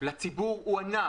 לציבור הוא ענק.